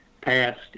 passed